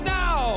now